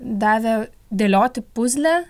davė dėlioti puzlę